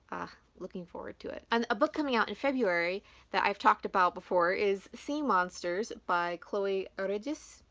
looking forward to it. and a book coming out in february that i've talked about before is sea monsters by chloe aridjis,